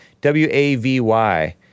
W-A-V-Y